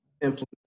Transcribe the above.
implement